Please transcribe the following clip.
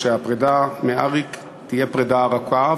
שהפרידה מאריק תהיה פרידה ארוכה,